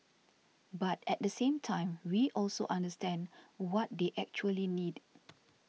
but at the same time we also understand what they actually need